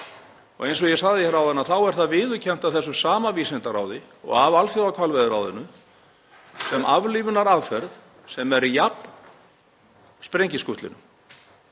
á. Eins og ég sagði hér áðan þá er það viðurkennt af þessu sama vísindaráði og af Alþjóðahvalveiðiráðinu sem aflífunaraðferð sem er jöfn sprengiskutlum.